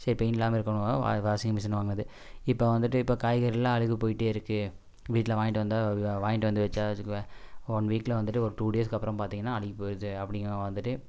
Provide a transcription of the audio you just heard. சரி பெயின் இல்லாமல் இருக்கணுங்காக வா வாஷிங் மிஷின் வாங்கினது இப்போது வந்துட்டு இப்போ காய்கறியெல்லாம் அழுகி போயிகிட்டே இருக்குது வீட்டில் வாங்கிட்டு வந்தால் வா வாங்கிட்டு வந்து வச்சால் வச்சுக்கோ ஒன் வீகில் வந்துட்டு ஒரு டூடேஸ்க்கு அப்புறம் பார்த்தீங்கனா அழுகி போயிடுது அப்படினுங்கிறத வந்துட்டு